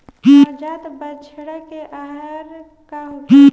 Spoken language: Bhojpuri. नवजात बछड़ा के आहार का होखे?